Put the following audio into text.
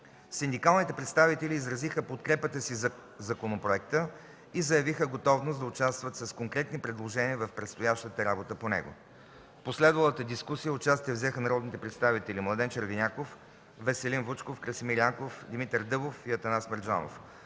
Синдикалните представители изразиха подкрепата си за законопроекта и заявиха готовност да участват с конкретни предложения в предстоящата работа по него. В последвалата дискусия участие взеха народните представители Младен Червеняков, Веселин Вучков, Красимир Янков, Димитър Дъбов и Атанас Мерджанов.